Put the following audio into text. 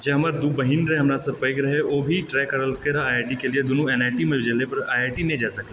जे हमर दू बहिन रहै हमरासँ पैग रहै ओभी ट्राइ करलकै रहा आइ आइ टी के लिए दुनू एनआइटीमे गेलै पर आइ आइ टी नहि जाए सकलै